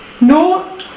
No